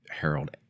Harold